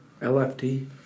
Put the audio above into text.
LFT